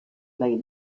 lay